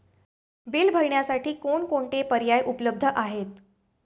Bill भरण्यासाठी कोणकोणते पर्याय उपलब्ध आहेत?